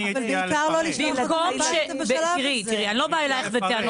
תראי, אני לא באה אלייך בטענות.